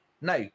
now